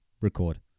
record